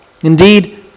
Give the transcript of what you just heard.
Indeed